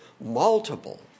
multiple